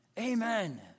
Amen